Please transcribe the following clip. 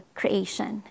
creation